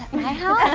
my house